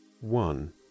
one